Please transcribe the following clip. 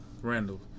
Randall